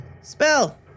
Spell